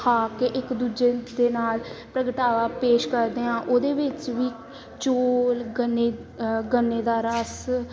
ਖਾ ਕੇ ਇੱਕ ਦੂਜੇ ਦੇ ਨਾਲ ਪ੍ਰਗਟਾਵਾ ਪੇਸ਼ ਕਰਦੇ ਹਾਂ ਉਹਦੇ ਵਿੱਚ ਵੀ ਚੋਲ ਗੰਨੇ ਗੰਨੇ ਦਾ ਰਸ